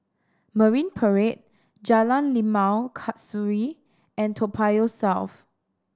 Marine Parade Jalan Limau Kasturi and Toa Payoh South